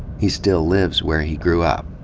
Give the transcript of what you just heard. he still lives where he grew up,